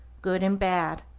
good and bad,